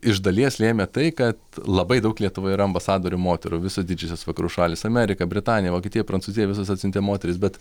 iš dalies lėmė tai kad labai daug lietuvoje yra ambasadorių moterų visos didžiosios vakarų šalys amerika britanija vokietija prancūzija visos atsiuntė moteris bet